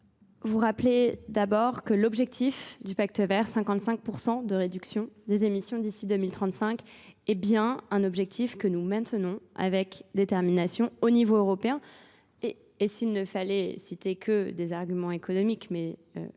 vous rappelez d'abord que l'objectif du Pacte vert, 55% de réduction des émissions d'ici 2035, est bien un objectif que nous maintenons avec détermination au niveau européen. Et s'il ne fallait citer que des arguments économiques, mais